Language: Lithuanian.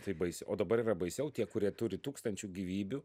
taip baisiai o dabar yra baisiau tie kurie turi tūkstančių gyvybių